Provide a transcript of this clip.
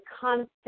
constant